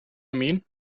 mean